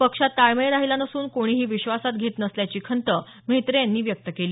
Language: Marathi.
पक्षात ताळमेळ राहिला नसून कोणीही विश्वासात घेत नसल्याची खंत म्हेत्रे यांनी व्यक्त केली